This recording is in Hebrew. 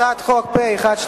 הצעת חוק פ/1244,